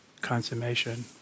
consummation